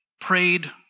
prayed